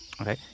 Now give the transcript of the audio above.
Okay